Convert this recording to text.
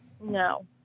No